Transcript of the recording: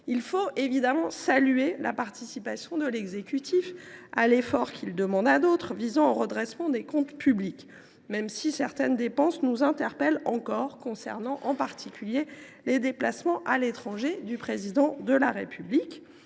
Il faut évidemment saluer la participation de l’exécutif à l’effort collectif de redressement des comptes publics, même si certaines dépenses nous interpellent encore, en particulier pour les déplacements à l’étranger du Président de la République.